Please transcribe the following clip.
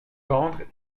tendre